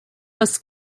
was